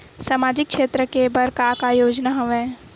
सामाजिक क्षेत्र के बर का का योजना हवय?